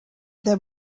there